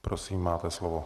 Prosím, máte slovo.